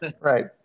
Right